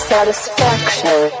Satisfaction